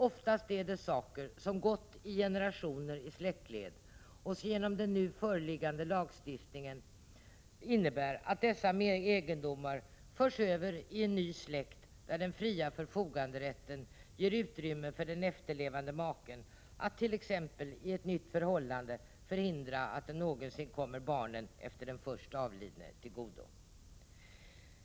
Ofta är det saker som gått i generationer och släktled, och som genom den nu föreliggande lagstiftningen förs över i en ny släkt, där den fria förfoganderätten ger utrymme för den efterlevande maken att t.ex. i ett nytt förhållande förhindra att kvarlåtenskapen någonsin kommer barnen efter den först avlidna till godo.